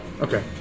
okay